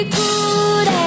good